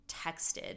texted